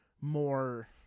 more